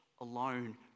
alone